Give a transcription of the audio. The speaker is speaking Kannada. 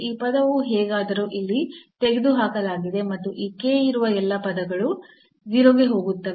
ಈ ಪದವು ಹೇಗಾದರೂ ಇಲ್ಲಿ ತೆಗೆದುಹಾಕಲಾಗಿದೆ ಮತ್ತು ಈ ಇರುವ ಎಲ್ಲ ಪದಗಳು 0 ಗೆ ಹೋಗುತ್ತೇವೆ